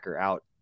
out